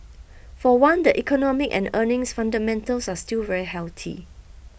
for one the economic and earnings fundamentals are still very healthy